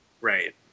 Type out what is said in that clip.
Right